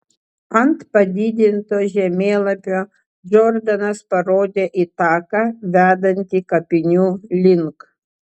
ant padidinto žemėlapio džordanas parodė į taką vedantį kapinių link